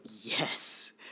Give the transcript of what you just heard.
Yes